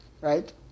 right